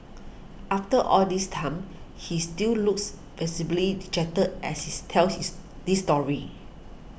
after all this time he still looks visibly dejected as he's tells is this story